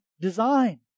design